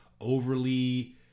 overly